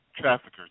traffickers